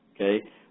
okay